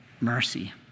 mercy